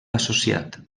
associat